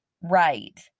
Right